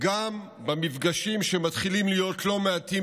גם במפגשים בינינו, שמתחילים להיות לא מעטים,